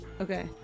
Okay